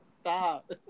Stop